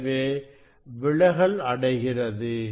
எனவே விலகல் அடைகிறது